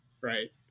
right